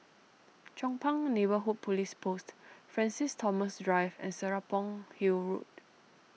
Chong Pang Neighbourhood Police Post Francis Thomas Drive and Serapong Hill Road